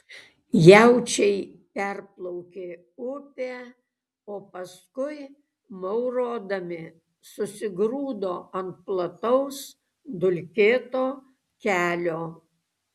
jaučiai perplaukė upę o paskui maurodami susigrūdo ant plataus dulkėto kelio